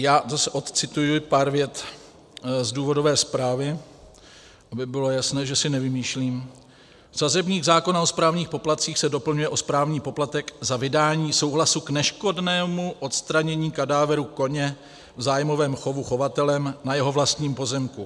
Já zase odcituji pár vět z důvodové zprávy, aby bylo jasné, že si nevymýšlím: Sazebník zákona o správních poplatcích se doplňuje o správní poplatek za vydání souhlasu k neškodnému odstranění kadáveru koně v zájmovém chovu chovatelem na jeho vlastním pozemku.